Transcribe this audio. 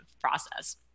process